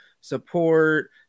support